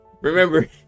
Remember